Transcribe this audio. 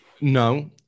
No